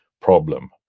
problem